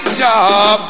job